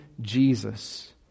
Jesus